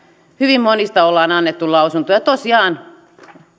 hyvin monista ollaan annettu lausunto ja tosiaan